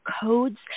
codes